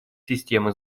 системы